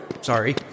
sorry